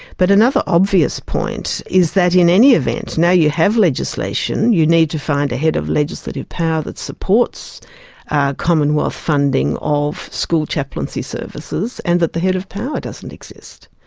but another obvious point is that in any event now you have legislation, you need to find a head of legislative power that supports commonwealth funding of school chaplaincy services and that the head of power doesn't exist.